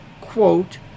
quote